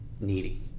needy